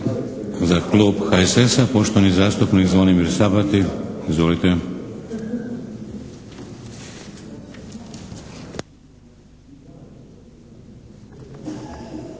Za Klub HSS-a poštovani zastupnik Zvonimir Sabati. Izvolite!